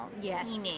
Yes